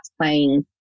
playing